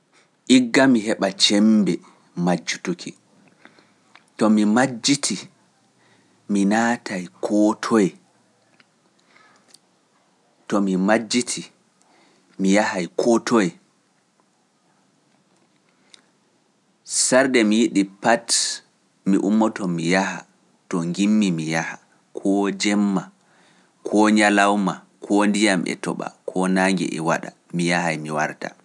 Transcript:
Igga mi heɓa cembe majjutuki, to mi majjiti mi naatay koo jemma, koo nyalawma, koo ndiyam e toɓa, koo naange e waɗa, mi yahay mi warda.